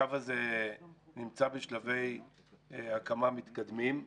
הקו הזה נמצא בשלבי הקמה מתקדמים.